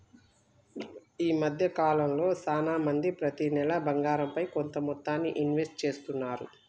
ఈ మద్దె కాలంలో చానా మంది ప్రతి నెలా బంగారంపైన కొంత మొత్తాన్ని ఇన్వెస్ట్ చేస్తున్నారు